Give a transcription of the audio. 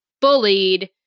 bullied